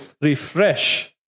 refresh